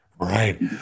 Right